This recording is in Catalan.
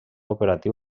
operatiu